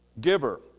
giver